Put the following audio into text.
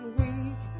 weak